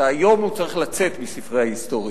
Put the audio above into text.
שהיום הוא צריך לצאת מספרי ההיסטוריה,